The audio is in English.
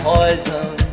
Poison